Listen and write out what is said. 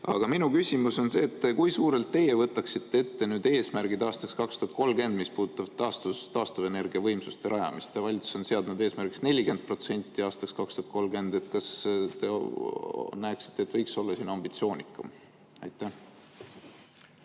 Aga minu küsimus on see: kui suurelt teie võtaksite ette need eesmärgid aastaks 2030, mis puudutavad taastuvenergiavõimsuste rajamist? Valitsus on seadnud eesmärgiks täita 40% aastaks 2030. Kas teie arvates võiks olla ambitsioonikam? Ma